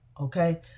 okay